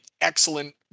excellent